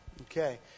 Okay